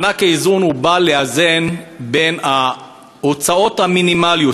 מענק האיזון בא לאזן בין ההוצאות המינימליות